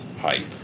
hype